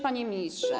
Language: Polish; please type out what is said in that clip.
Panie Ministrze!